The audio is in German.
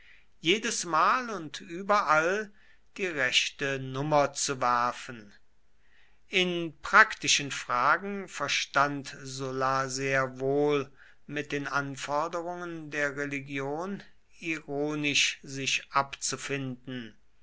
jedesmal und überall die rechte nummer zu werfen in praktischen fragen verstand sulla sehr wohl mit den anforderungen der religion ironisch sich abzufinden